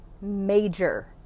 major